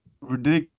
ridiculous